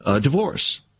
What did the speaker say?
divorce